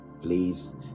please